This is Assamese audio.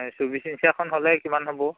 নাই চব্বিছ ইঞ্চিয়াখন হ'লে কিমান হ'ব